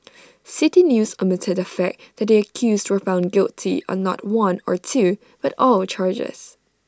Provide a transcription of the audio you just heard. City News omitted the fact that the accused were found guilty on not one or two but all charges